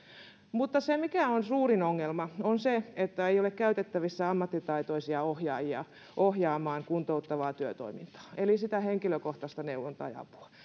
mutta se mikä on suurin ongelma on se että ei ole käytettävissä ammattitaitoisia ohjaajia ohjaamaan kuntouttavaa työtoimintaa eli sitä henkilökohtaista neuvontaa ja apua